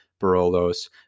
Barolos